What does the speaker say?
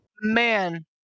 man